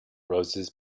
roses